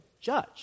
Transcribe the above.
judge